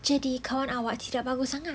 jadi kawan awak tidak bagus sangat